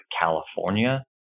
California